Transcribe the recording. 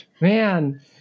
man